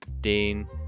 Dean